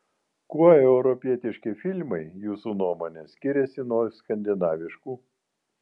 kuo europietiški filmai jūsų nuomone skiriasi nuo skandinaviškų